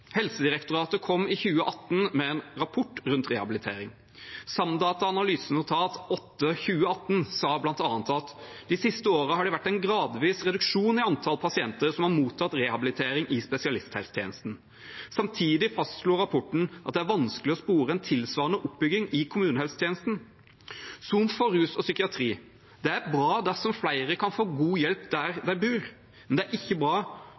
Helsedirektoratet kom i 2018 med en rapport om rehabilitering. SAMDATAs analysenotat nr. 8/2018 sa bl.a.: «De siste årene har det vært en gradvis reduksjon i antall pasienter som har mottatt rehabilitering i spesialisthelsetjenesten.» Samtidig fastslo rapporten at det er vanskelig å spore tilsvarende oppbygging i kommunehelsetjenesten, som for rus og psykiatri. Det er bra dersom flere kan få god hjelp der de bor, men det ikke bra